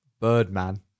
Birdman